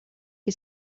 que